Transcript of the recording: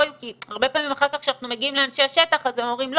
הרבה פעמים אחר כך כשאנחנו מגיעים לאנשי השטח הם אומרים לא,